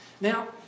Now